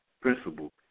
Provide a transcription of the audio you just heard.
principle